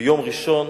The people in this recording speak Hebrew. ביום ראשון,